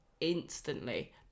instantly